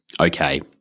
okay